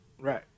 Right